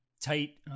tight